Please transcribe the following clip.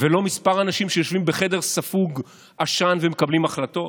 ולא כמה אנשים שיושבים בחדר ספוג עשן ומקבלים החלטות,